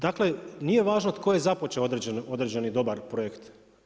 Dakle, nije važno tko je započeo određeni dobar projekt.